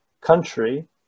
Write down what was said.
country